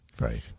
Right